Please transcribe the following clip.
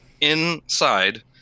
inside